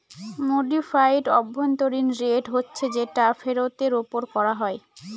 modified অভ্যন্তরীন rate হচ্ছে যেটা ফেরতের ওপর করা হয়